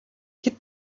get